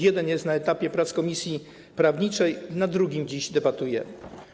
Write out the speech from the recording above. Jeden jest na etapie prac w komisji prawniczej, nad drugim dziś debatujemy.